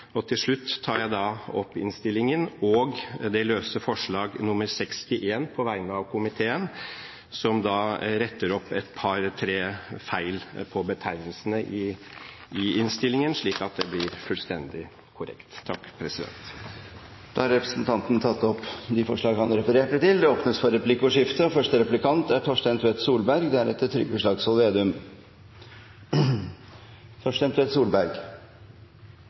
sammenheng. Til slutt anbefaler jeg innstillingen og tar opp det løse forslag nr. 61 på vegne av komiteen, som da retter opp et par–tre feil på betegnelsene i innstillingen, slik at det blir fullstendig korrekt. Representanten Hans Olav Syversen har tatt opp det forslaget han refererte til. Det blir replikkordskifte. Jeg har merket meg at Kristelig Folkeparti har den samme iveren som Arbeiderpartiet etter å møte den økende ledigheten. Representanten Syversen kjenner til – og